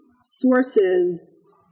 sources